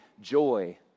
Joy